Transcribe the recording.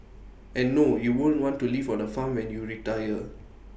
and no you won't want to live on A farm when you retire